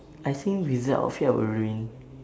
I think with that outfit I will ruin